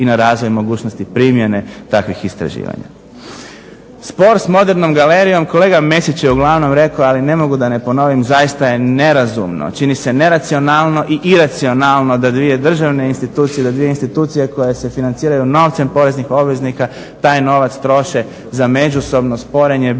i na razvoj mogućnosti primjene takvih istraživanja. Spor s modernom galerijom kolega Mesić je uglavnom rekao, ali ne mogu da ne ponovim, zaista je nerazumno, čini se neracionalno i iracionalno da dvije državne institucije, da dvije institucije koje s financiraju novcem poreznih obveznika taj novac troše za međusobno sporenje bilo